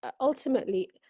ultimately